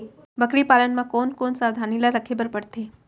बकरी पालन म कोन कोन सावधानी ल रखे बर पढ़थे?